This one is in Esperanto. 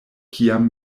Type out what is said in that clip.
kiam